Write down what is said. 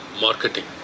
marketing